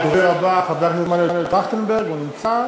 הדובר הבא, חבר הכנסת מנואל טרכטנברג, לא נמצא,